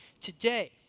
today